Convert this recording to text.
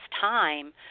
time